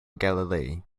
galilei